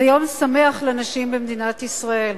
זה יום שמח לנשים במדינת ישראל.